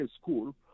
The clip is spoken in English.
school